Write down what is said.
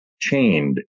chained